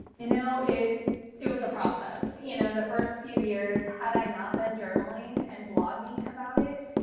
you know it it was a process. you know the first few years, had i not been journaling and blogging about it,